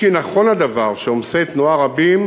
אם כי נכון הדבר שעומסי תנועה רבים,